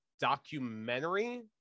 documentary